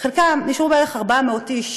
400 איש